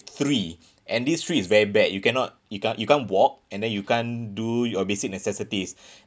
three and this three is very bad you cannot you can't you can't walk and then you can't do your basic necessities